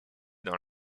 dans